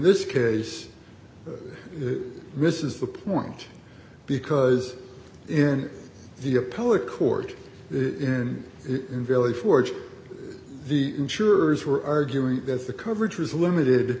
this case misses the point because in the appellate court and in valley forge the insurers were arguing that the coverage was limited